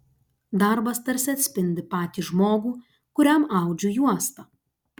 darbas tarsi atspindi patį žmogų kuriam audžiu juostą